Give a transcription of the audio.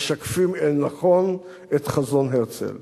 משקפים נכון את חזון הרצל.